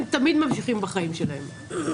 הם תמיד ממשיכים בחיים שלהם.